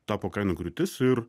tapo kainų griūtis ir